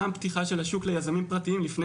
גם פתיחה של השוק ליזמים פרטיים לפני